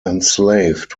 enslaved